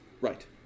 Right